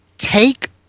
Take